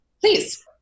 Please